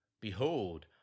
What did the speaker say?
Behold